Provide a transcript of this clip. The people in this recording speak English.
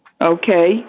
Okay